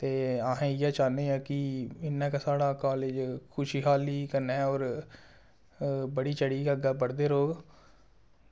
ते अस इयै चाह्ने आं की साढ़ा कॉलेज खुशहाली कन्नै होर बढ़ी चढ़ियै अग्गें बढ़दे रौह्ग